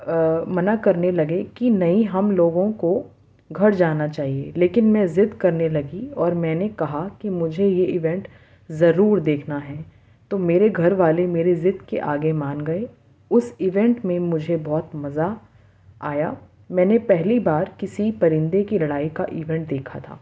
منع کرنے لگے کہ نہیں ہم لوگوں کو گھر جانا چاہیے لیکن میں ضد کرنے لگی اور میں نے کہا کہ مجھے یہ ایونٹ ضرور دیکھنا ہے تو میرے گھر والے میرے ضد کے آگے مان گئے اس ایونٹ میں مجھے بہت مزہ آیا میں نے پہلی بار کسی پرندے کی لڑائی کا ایونٹ دیکھا تھا